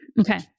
Okay